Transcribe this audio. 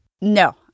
No